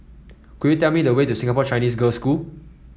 could you tell me the way to Singapore Chinese Girls' School